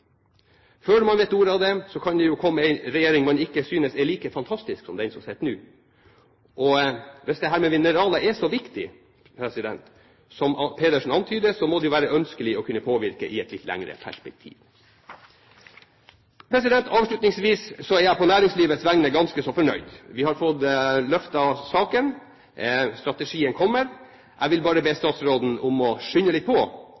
Før man vet ordet av det, kan det jo komme en regjering som man ikke synes er like fantastisk som den som sitter nå. Hvis dette med mineraler er så viktig som Pedersen antyder, må det være ønskelig å kunne påvirke i et litt lengre perspektiv. Avslutningsvis vil jeg si at jeg på næringslivets vegne er ganske så fornøyd. Vi har fått løftet saken, strategien kommer. Jeg vil bare be statsråden om å skynde litt på.